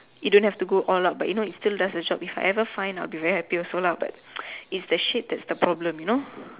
it don't have to go all out but you know it still does the job if I ever find I will be very happy also lah but it's the shade that's the problem you know